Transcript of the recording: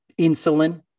insulin